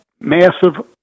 massive